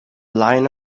line